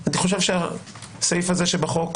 אני חושב שהסעיף הזה שבחוק